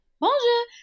bonjour